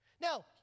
Now